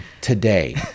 today